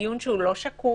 דיון שהוא לא שקוף,